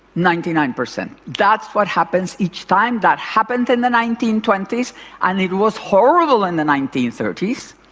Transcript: ninety nine percent. that's what happens each time. that happened in the nineteen twenty s and it was horrible in the nineteen thirty s,